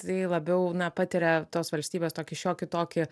tai labiau na patiria tos valstybės tokį šiokį tokį